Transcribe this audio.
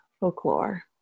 folklore